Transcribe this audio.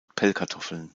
pellkartoffeln